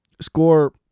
score